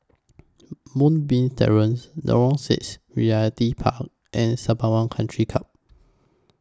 Moonbeam Terrace Lorong six Realty Park and Sembawang Country Club